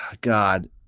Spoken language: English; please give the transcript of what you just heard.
God